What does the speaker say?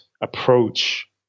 approach